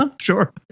Sure